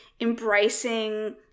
embracing